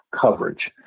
coverage